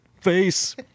face